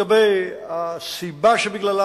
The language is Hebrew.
לגבי הסיבה שבגללה,